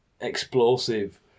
explosive